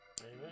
Amen